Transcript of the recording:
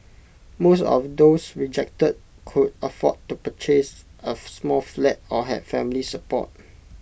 most of those rejected could afford to purchase of small flat or had family support